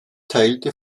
teilte